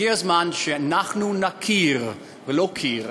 הגיע הזמן שאנחנו נכיר ונוקיר